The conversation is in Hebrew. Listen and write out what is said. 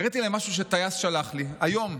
הראיתי להם משהו שטייס שלח לי היום,